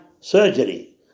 surgery